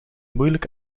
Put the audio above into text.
moeilijk